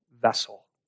vessel